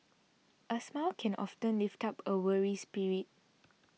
a smile can often lift up a weary spirit